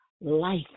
life